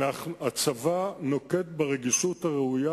הצבא נוקט את הרגישות הראויה,